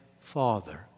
Father